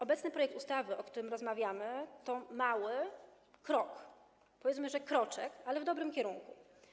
Obecny projekt ustawy, o którym rozmawiamy, to mały krok, powiedzmy, że jest to kroczek, ale w dobrym kierunku.